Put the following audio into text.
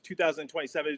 2027